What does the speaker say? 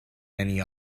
many